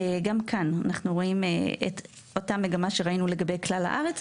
גם כאן אנחנו רואים את אותה מגמה שראינו לגבי כלל הארץ,